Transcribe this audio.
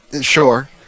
Sure